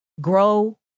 grow